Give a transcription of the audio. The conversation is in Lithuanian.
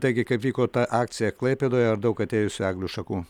taigi kaip vyko ta akcija klaipėdoje daug atėjusių eglių šakų